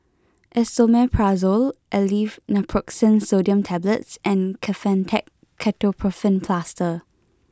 Esomeprazole Aleve Naproxen Sodium Tablets and Kefentech Ketoprofen Plaster